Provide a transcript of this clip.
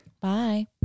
Bye